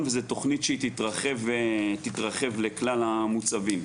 וזה תוכנית שהיא תתרחב לכלל המוצבים.